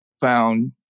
found